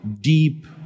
deep